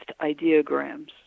ideograms